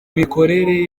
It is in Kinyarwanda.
mikorere